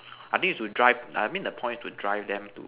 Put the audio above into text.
I think is to drive I mean the point to drive them to